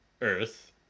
Earth